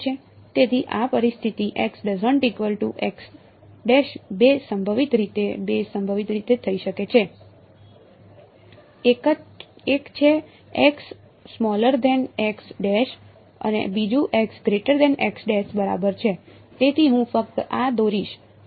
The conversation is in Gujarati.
તેથી આ પરિસ્થિતિ બે સંભવિત રીતે બે સંભવિત રીતે થઈ શકે છે એક છે અને બીજું બરાબર છે તેથી હું ફક્ત આ દોરીશ